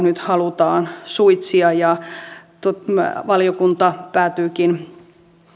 nyt halutaan suitsia ja valiokunta päätyykin